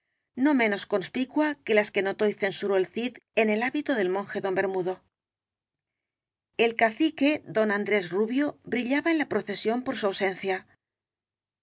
no menos conspicua que las que notó y censuró el cid en el hábito del monje don bermudo el cacique don andrés rubio brillaba en la procesión por su ausencia